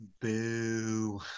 Boo